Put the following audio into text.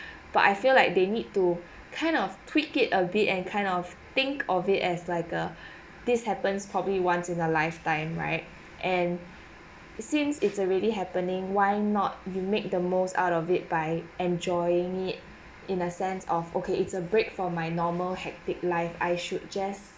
but I feel like they need to kind of tweak it a bit and kind of think of it as like a this happens probably once in their lifetime right and since it's already happening why not you make the most out of it by enjoying it in a sense of okay it's a break for my normal hectic life I should just